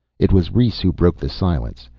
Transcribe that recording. it was rhes who broke the silence.